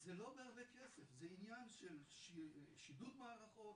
- זה לא בהרבה כסף, זה עניין של שדרוג מערכות,